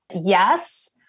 Yes